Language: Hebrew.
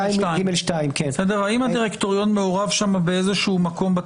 האם הדירקטוריון מעורב שם באיזשהו מקום.